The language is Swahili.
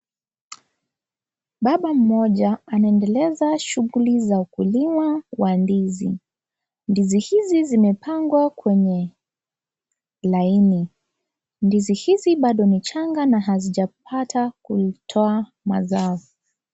Baba mmoja anaendeleza shughuli za ukulima wa ndizi. Ndizi hizi zimepangwa kwenye laini. Ndizi hizi bado ni changa na hazijapata kutoa mazao.